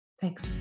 Thanks